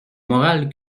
morale